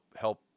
help